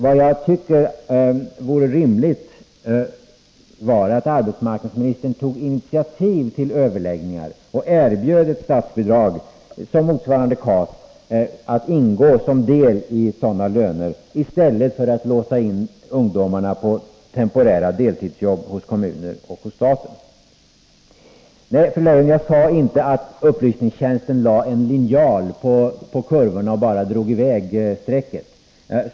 Men det vore rimligt om arbetsmarknadsministern tog initiativ till överläggningar och erbjöd ett statsbidrag, motsvarande KAS, att ingå som del i sådana löner, i stället för att låsa in ungdomarna på temporära deltidsjobb hos kommuner och staten. Nej, fru Leijon, jag sade inte att utredningstjänsten lade en linjal på kurvorna och bara drog i väg strecket.